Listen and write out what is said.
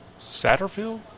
Satterfield